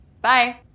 Bye